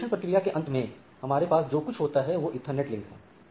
तो अग्रेषण प्रक्रिया के अंत में हमारे पास जो कुछ होता है वह इथरनेट लिंक है